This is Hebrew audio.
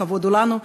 כבוד הוא לנו,